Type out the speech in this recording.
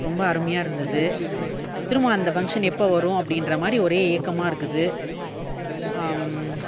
ரொம்ப அருமையாக இருந்தது திரும்ப அந்த ஃபங்க்ஷன் எப்போ வரும் அப்படின்றமாரி ஒரே ஏக்கமாக இருக்குது